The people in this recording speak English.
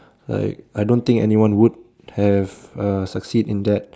like I don't think anyone would have uh succeed in that